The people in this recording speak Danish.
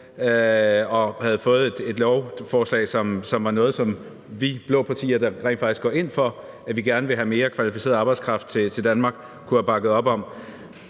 og havde fået et lovforslag, som var noget, som vi blå partier, der rent faktisk går ind for, at vi gerne vil have mere kvalificeret arbejdskraft til Danmark, kunne have bakket op om.